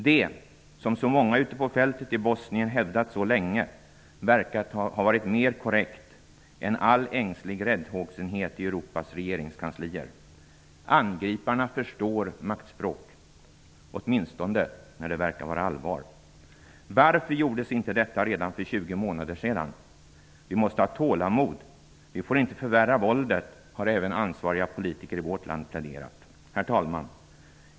Det som så många ute på fältet i Bosnien hävdat så länge verkar ha varit mer korrekt än all ängslig räddhågsenhet i Europas regeringskanslier. Angriparna förstår maktspråk -- åtminstone när det verkar vara allvar. Varför gjordes inte detta redan för 20 månader sedan? Vi måste ha tålamod! Vi får inte förvärra våldet, har även ansvariga politiker i vårt land pläderat. Herr talman!